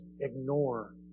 ignore